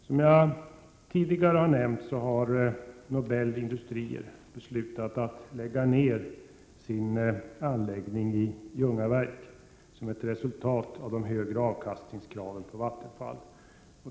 Som jag tidigare nämnt har Nobelindustrier som ett resultat av de högre avkastningskraven på Vattenfall beslutat att lägga ned sin anläggning i Ljungaverk.